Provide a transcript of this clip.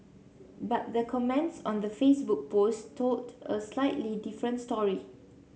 but the comments on the Facebook post told a slightly different story